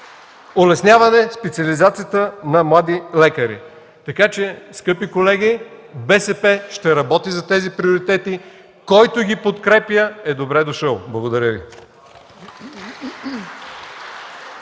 улесняване специализацията на млади лекари. Така че, скъпи колеги, БСП ще работи за тези приоритети. Който ги подкрепя е добре дошъл. Благодаря Ви.